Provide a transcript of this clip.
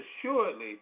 assuredly